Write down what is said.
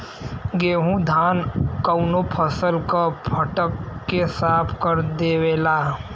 गेहू धान कउनो फसल क फटक के साफ कर देवेला